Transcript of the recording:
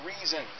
reasons